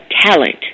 talent